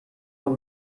بار